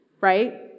right